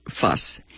fuss